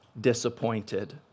disappointed